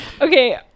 Okay